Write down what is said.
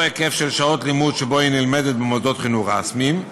היקף של שעות לימוד שבו היא נלמדת במוסדות חינוך רשמיים,